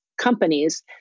companies